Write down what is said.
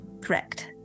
correct